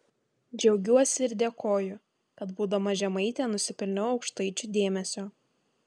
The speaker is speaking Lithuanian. džiaugiuosi ir dėkoju kad būdama žemaitė nusipelniau aukštaičių dėmesio